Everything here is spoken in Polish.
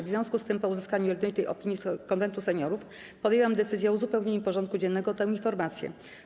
W związku z tym, po uzyskaniu jednolitej opinii Konwentu Seniorów, podjęłam decyzję o uzupełnieniu porządku dziennego o tę informację.